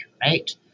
Right